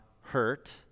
hurt